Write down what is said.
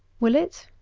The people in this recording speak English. will it?